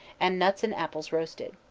and nuts and apples roasted.